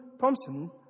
Thompson